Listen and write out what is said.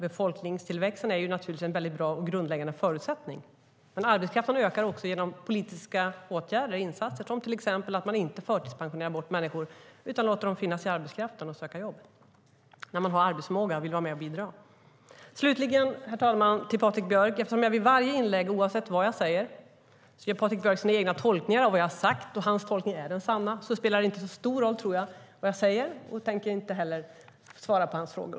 Befolkningstillväxten är naturligtvis en bra och grundläggande förutsättning, men arbetskraften ökar också genom politiska åtgärder och insatser som till exempel att man inte förtidspensionerar bort människor utan låter dem finnas i arbetskraften och söka jobb när de har arbetsförmåga och vill vara med och bidra. Slutligen vänder jag mig till Patrik Björck. Oavsett vad jag säger i mina inlägg gör Patrik Björck sina egna tolkningar av vad jag har sagt, och hans tolkning är den sanna. Då spelar det inte så stor roll vad jag säger, och därför tänker jag inte heller svara på hans frågor.